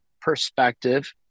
perspective